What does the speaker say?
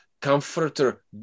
comforter